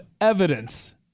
evidence